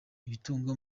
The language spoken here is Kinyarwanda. ibitunga